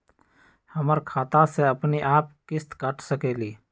हमर खाता से अपनेआप किस्त काट सकेली?